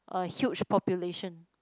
a huge population